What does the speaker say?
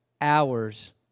hours